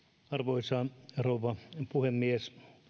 arvoisa rouva puhemies